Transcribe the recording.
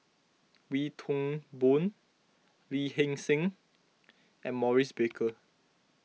Wee Toon Boon Lee Hee Seng and Maurice Baker